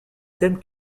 thèmes